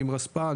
עם רספ"ן,